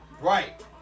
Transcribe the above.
right